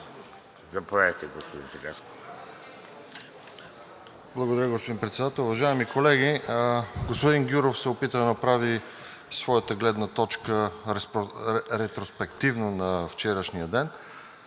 Заповядайте, господин Желязков.